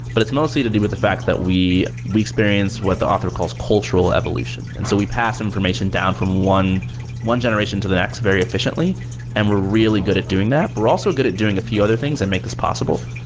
but it's mostly to do with the fact that we we experience what the author calls cultural evolution. and so we pass information down from one one generation to the next very efficiently and we're really good at doing that, but we're also good at doing a few other things and make this possible.